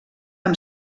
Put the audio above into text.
amb